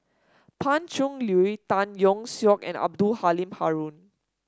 Pan Cheng Lui Tan Yeok Seong and Abdul Halim Haron